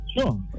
Sure